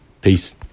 Peace